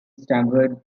sanford